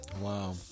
Wow